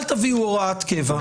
אל תביאו הוראת קבע,